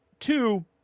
two